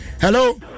Hello